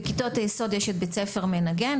בגיל היסוד יש את בית ספר מנגן,